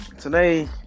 today